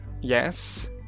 Yes